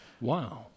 Wow